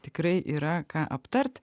tikrai yra ką aptart